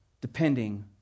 depending